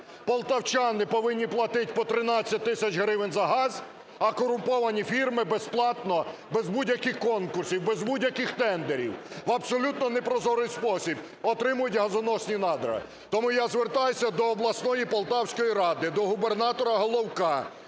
Полтавчани повинні платити по 13 тисяч гривень за газ, а корумповані фірми безплатно, без будь-яких конкурсів, без будь-яких тендерів в абсолютно непрозорий спосіб отримують газоносні надра. Тому я звертаюся до обласної Полтавської ради, до губернатора Головка